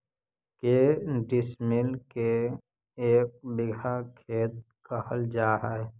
के डिसमिल के एक बिघा खेत कहल जा है?